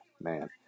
Man